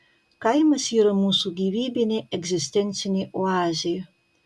kaimas yra mūsų gyvybinė egzistencinė oazė